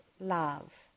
love